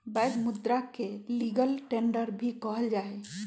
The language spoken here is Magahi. वैध मुदा के लीगल टेंडर भी कहल जाहई